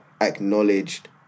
acknowledged